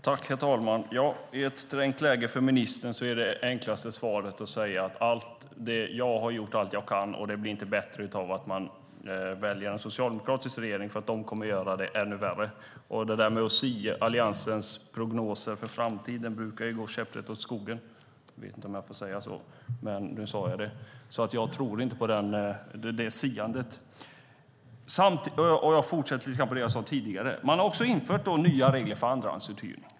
Herr talman! I ett trängt läge är det enkla svaret från ministern att han gjort allt han kunnat och att det inte blir bättre av att välja en socialdemokratisk regering, för de kommer att göra det hela ännu värre. Alliansens prognoser för framtiden brukar gå käpprätt åt skogen, så jag tror inte på det siandet. Man har infört nya regler för andrahandsuthyrning.